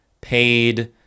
paid